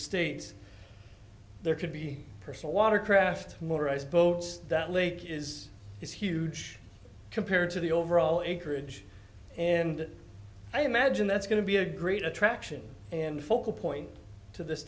states there could be personal watercraft motorized boats that lake is is huge compared to the overall acreage and i imagine that's going to be a great attraction and focal point to this